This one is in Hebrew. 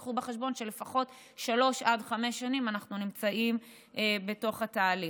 תביאו בחשבון שלפחות שלוש עד חמש שנים אנחנו נמצאים בתוך התהליך.